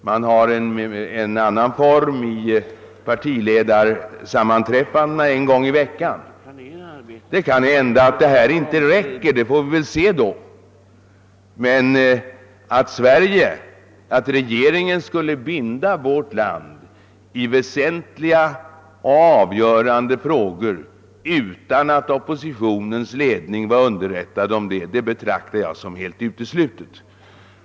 Man har en annan form i partiledarsammanträffandena en gång i veckan. Det kan hända att dessa former inte räcker. Det får vi väl se då. Men att regeringen skulle binda vårt land i väsentliga och avgörande frågor utan att oppositionens ledning blir underrättad om det och får säga sin mening, betraktar jag som helt uteslutet.